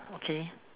okay